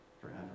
forever